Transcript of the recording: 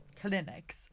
clinics